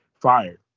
fired